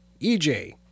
EJ